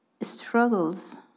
struggles